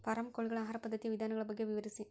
Form ಕೋಳಿಗಳ ಆಹಾರ ಪದ್ಧತಿಯ ವಿಧಾನಗಳ ಬಗ್ಗೆ ವಿವರಿಸಿ?